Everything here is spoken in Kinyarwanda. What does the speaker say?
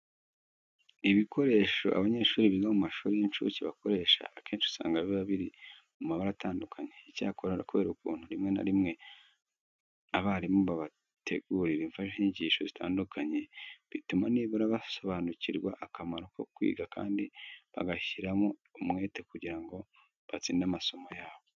Ibikoresho abanyeshuri biga mu mashuri y'incuke bakoresha, akenshi usanga biba biri mu mabara atandukanye. Icyakora kubera ukuntu rimwe na rimwe abarimu babategurira imfashanyigisho zitandukanye, bituma nibura basobanukirwa akamaro ko kwiga kandi bagashyiramo umwete kugira ngo batsinde amasomo yabo.